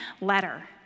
letter